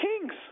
kings